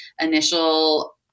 initial